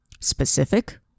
specific